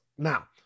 Now